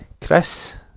Chris